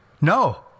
No